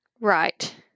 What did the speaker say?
right